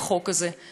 תודה רבה, גברתי.